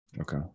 Okay